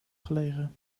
gelegen